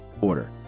order